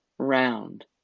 round